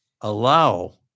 allow